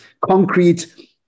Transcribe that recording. concrete